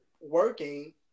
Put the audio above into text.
working